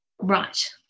right